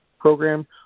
program